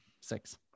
Six